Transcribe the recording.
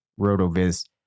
Rotoviz